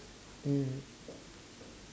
mm